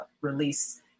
release